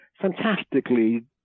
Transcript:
fantastically